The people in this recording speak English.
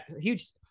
huge